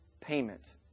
payment